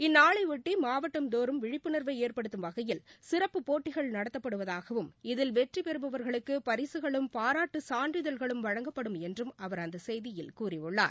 இந்நாளையொட்டி மாவட்டந்தோறும் விழிப்புணா்வை ஏற்படுத்தும் வகையில் சிறப்புப் போட்டிகள் நடத்தப்படுவதாகவும் இதில் வெற்றி பெறுபவா்களுக்கு பரிககளும் பாராட்டுச் சான்றிதழ்களும் வழங்கப்படும் என்று அவர் அந்த செய்தியில் கூறியுள்ளார்